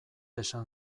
esan